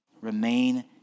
remain